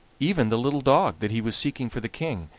even the little dog that he was seeking for the king,